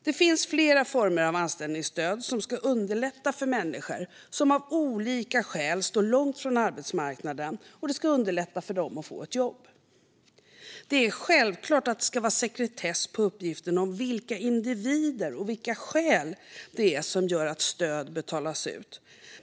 Det finns flera former av anställningsstöd som ska underlätta för människor som av olika skäl står långt från arbetsmarknaden att få ett jobb. Det är självklart att det ska vara sekretess när det gäller uppgifter om vilka individer det handlar om och vilka skäl det är som gör att stöd betalas ut.